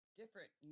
different